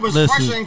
listen